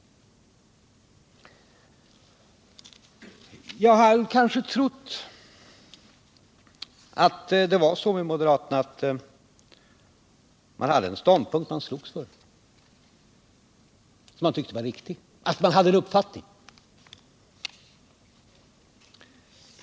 Jag hade kanske trott att det var så med moderaterna att de hade en ståndpunkt som de slogs för, som de tyckte var riktig, att de hade en uppfattning.